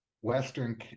western